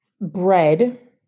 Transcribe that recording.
bread